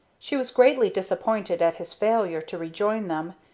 she was greatly disappointed at his failure to rejoin them,